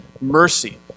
mercy